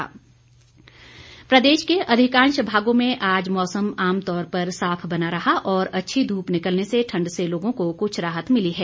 मौसम प्रदेश के अधिकांश भागों में आज मौसम आमतौर पर साफ बना रहा और अच्छी धूप निकलने से ठंड से लोगों को कुछ राहत मिली है